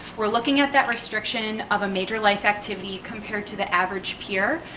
we're looking at that restriction of a major life activity compared to the average peer,